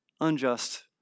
unjust